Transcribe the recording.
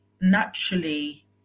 naturally